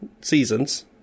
seasons